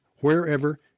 wherever